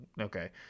okay